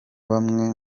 bamwe